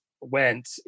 went